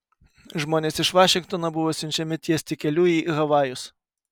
žmonės iš vašingtono buvo siunčiami tiesti kelių į havajus